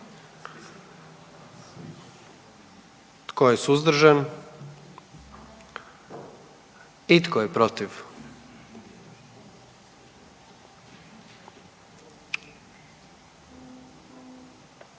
Tko je suzdržan? I tko je protiv?